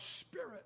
spirit